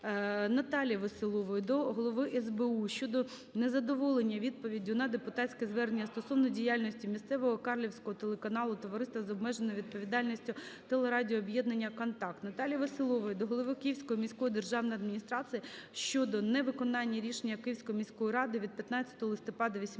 Наталії Веселової до Голови СБУ щодо незадоволення відповіддю на депутатське звернення стосовно діяльності місцевого Карлівського телеканалу – Товариство з обмеженою відповідальністю телерадіооб'єднання "Контакт". Наталії Веселової до голови Київської міської державної адміністрації щодо не виконання рішення Київської міської ради від 15 листопада 2018 року